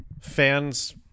fans